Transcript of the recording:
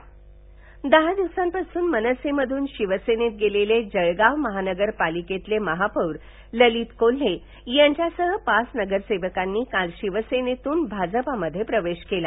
जळगाव दहा दिवसापूर्वी मनसेमधून शिवसेनेत गेलेले जळगाव महानगरपालिकेतील महापौर ललित कोल्हे यांच्यासह पाच नगरसेवकांनी काल शिवसेनेतून भाजपात प्रवेश केला